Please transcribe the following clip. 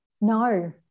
no